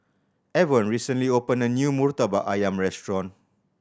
Avon recently opened a new Murtabak Ayam restaurant